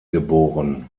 geboren